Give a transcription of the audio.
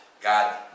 God